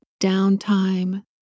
downtime